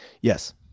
Yes